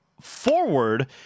forward